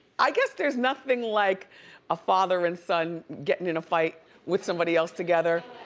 i guess there's nothing like a father and son getting in a fight with somebody else together.